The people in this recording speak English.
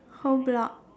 whole block